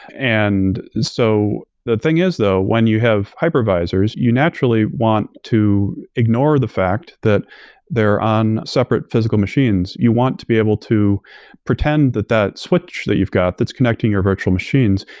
and so the thing is though when you have hypervisors, you naturally want to ignore the fact that they're on separate physical machines. you want to be able to pretend that that switch that you've got that's connecting your virtual machines,